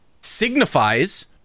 signifies